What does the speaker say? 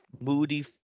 moody